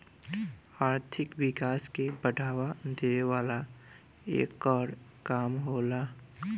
आर्थिक विकास के बढ़ावा देवेला एकर काम होला